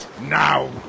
Now